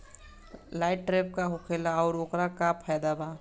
Light trap का होखेला आउर ओकर का फाइदा बा?